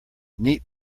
neat